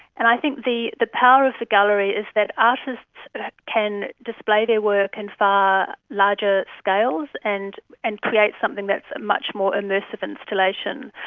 and i think the the power of the gallery is that artists can display their work in far larger scales and and create something that's a much more immersive installation.